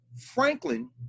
Franklin